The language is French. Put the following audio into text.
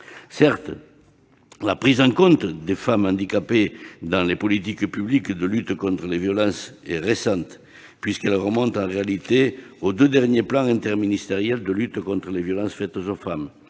Certes, la prise en compte des femmes handicapées dans les politiques publiques de lutte contre les violences est récente, puisqu'elle remonte, en réalité, aux deux derniers plans interministériels de lutte contre les violences faites aux femmes